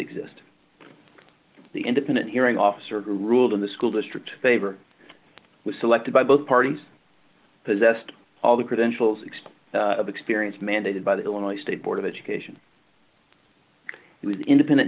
exist the independent hearing officer who ruled in the school district favor was selected by both parties possessed all the credentials expert experience mandated by the illinois state board of education independent